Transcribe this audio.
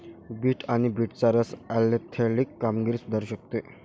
bit आणि बीटचा रस ऍथलेटिक कामगिरी सुधारू शकतो